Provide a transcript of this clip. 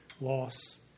loss